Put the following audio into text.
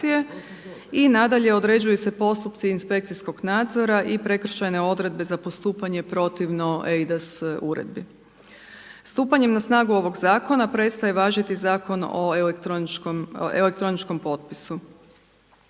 I nadalje, određuju se postupci inspekcijskog nadzora i prekršajne odredbe za postupanje protivno eIDAS uredbi. Stupanjem na snagu ovog zakona prestaje važiti zakon o elektroničkom potpisu.